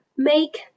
make